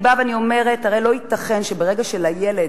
הרי לא ייתכן שברגע שלילד,